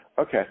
Okay